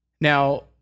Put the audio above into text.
Now